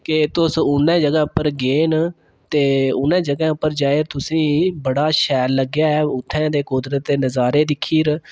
कि तुस उ'नें जगहे्ं उप्पर गे न ते उ'नें जगहें उप्पर जाई तुसें ई बड़ा शैल लग्गेआ ऐ उत्थै दे कुदरत दे नज़ारे दिक्खियै